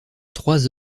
trois